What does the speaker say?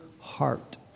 heart